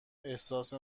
احساس